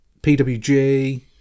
pwg